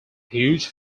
huge